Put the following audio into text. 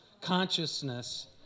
consciousness